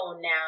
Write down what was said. now